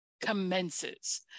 commences